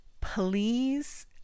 Please